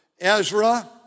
Ezra